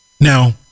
Now